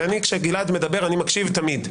ואני כשגלעד מדבר אני תמיד מקשיב,